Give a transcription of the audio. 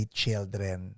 children